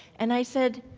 and i said,